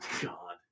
God